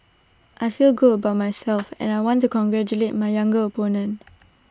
I feel good about myself and I want to congratulate my younger opponent